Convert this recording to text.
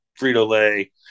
Frito-Lay